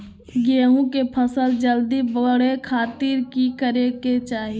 गेहूं के फसल जल्दी बड़े खातिर की करे के चाही?